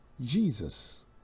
Jesus